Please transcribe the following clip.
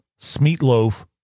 smeatloaf